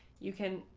you can.